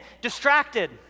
distracted